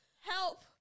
Help